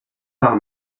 war